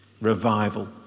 revival